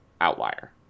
outlier